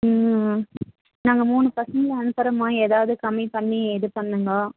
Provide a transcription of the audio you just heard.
ம் ஆ நாங்கள் மூணு பசங்களை அனுப்புகிறமா ஏதாவது கம்மி பண்ணி இது பண்ணுங்கள்